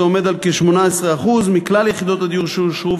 הוא כ-18% מכלל יחידות הדיור שאושרו,